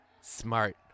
Smart